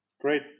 Great